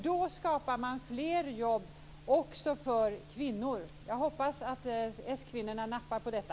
Då skapar man fler jobb också för kvinnor. Jag hoppas att s-kvinnorna nappar på detta.